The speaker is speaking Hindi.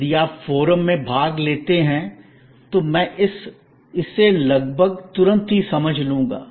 यदि आप फोरम में भाग लेते हैं तो मैं इसे लगभग तुरंत ही समझ लूंगा